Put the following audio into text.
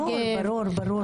ברור, ברור.